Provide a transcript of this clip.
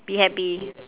be happy